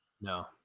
no